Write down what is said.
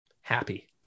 happy